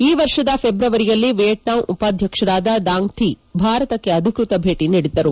ಈ ವರ್ಷದ ಫೆಬ್ರವರಿಯಲ್ಲಿ ವಿಯೆಟ್ನಾಂ ಉಪಾಧ್ಯಕ್ಷರಾದ ದಾಂಗ್ ಥಿ ಭಾರತಕ್ಕೆ ಅಧಿಕೃತ ಭೇಟ ನೀಡಿದ್ದರು